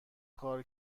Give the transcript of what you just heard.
کار